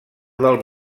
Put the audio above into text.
del